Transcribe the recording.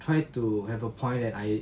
try to have a point that I